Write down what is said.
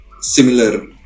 similar